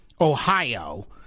Ohio